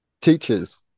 Teachers